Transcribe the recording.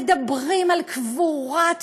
מדברים על קבורת